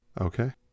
Okay